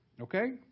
Okay